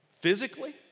physically